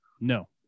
No